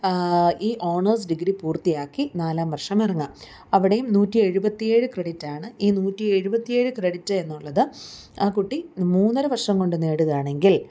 ഈ honours degree പൂർത്തിയാക്കി നാലാം വർഷം ഇറങ്ങാം അവിടെയും നൂറ്റി എഴുപത്തി ഏഴ് ക്രെഡിറ്റാണ് ഈ നൂറ്റി എഴുപത്തി ഏഴ് ക്രെഡിറ്റ് എന്നുള്ളത് ആ കുട്ടി മൂന്നര വർഷം കൊണ്ട് നേടുകയാണെങ്കിൽ